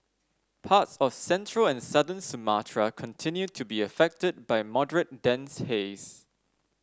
parts of central and southern Sumatra continue to be affected by moderate dense haze